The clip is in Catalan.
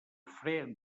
fre